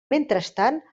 mentrestant